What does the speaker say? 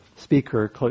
speaker